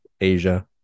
Asia